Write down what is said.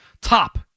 Top